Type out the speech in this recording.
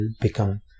become